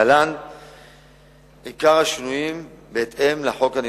להלן השינויים העיקריים בהתאם לחוק הנדרש: